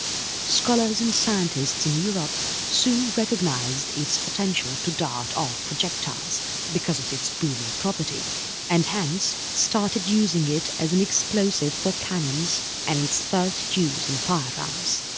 scholars and scientists in europe soon recognised its potential to dart off projectiles because of its booming property and hence started using it as an explosive for cannons and its first use in firearms.